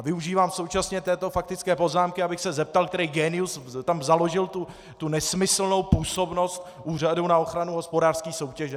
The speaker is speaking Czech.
Využívám současně této faktické poznámky, abych se zeptal, který génius tam založil tu nesmyslnou působnost Úřadu na ochranu hospodářské soutěže.